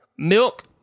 Milk